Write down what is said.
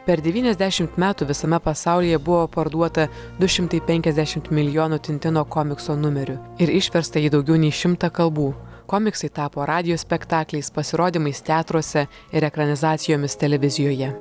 per devyniasdešimt metų visame pasaulyje buvo parduota du šimtai penkiasdešimt milijonų tintino komikso numerių ir išversta į daugiau nei šimtą kalbų komiksai tapo radijo spektakliais pasirodymais teatruose ir ekranizacijomis televizijoje